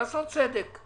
לעשות צדק.